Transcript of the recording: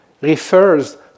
refers